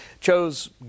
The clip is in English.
chose